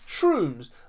shrooms